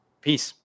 Peace